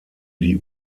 die